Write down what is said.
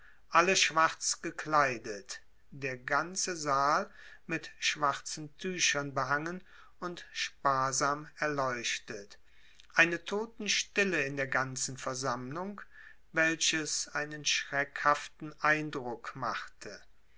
alle schwarz gekleidet der ganze saal mit schwarzen tüchern behangen und sparsam erleuchtet eine totenstille in der ganzen versammlung welches einen schreckhaften eindruck machte